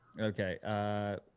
Okay